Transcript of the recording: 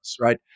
right